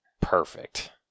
perfect